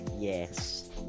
Yes